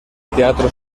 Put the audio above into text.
teatro